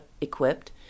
equipped